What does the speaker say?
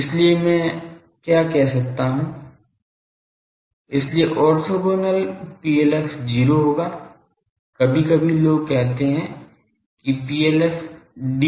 इसलिए मैं क्या कह सकता हूं इसलिए ऑर्थोगोनल PLF 0 होगा कभी कभी लोग कहते हैं कि PLF dB